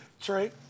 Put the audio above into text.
Trey